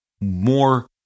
more